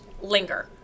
linger